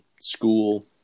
school